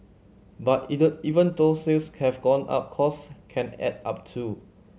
but either even though sales have gone up costs can add up too